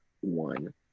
one